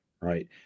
right